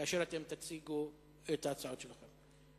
כאשר אתם תציגו את ההצעות שלכם.